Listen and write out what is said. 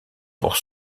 pour